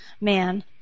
man